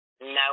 No